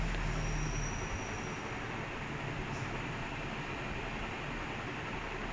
no ஆனா ஆனா:aanaa aanaa if you look Arsenal right they're they play such boring